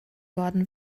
worden